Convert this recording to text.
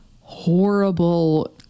horrible